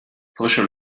frische